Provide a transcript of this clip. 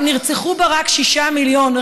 נרצחו בה רק שישה מיליון,